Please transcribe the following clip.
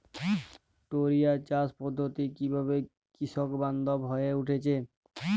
টোরিয়া চাষ পদ্ধতি কিভাবে কৃষকবান্ধব হয়ে উঠেছে?